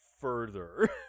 further